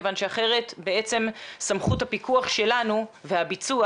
כיוון שאחרת בעצם סמכות הפיקוח שלנו והביצוע